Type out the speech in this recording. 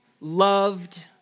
loved